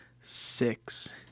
Six